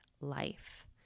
life